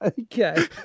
Okay